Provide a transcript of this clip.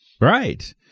Right